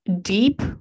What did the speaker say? Deep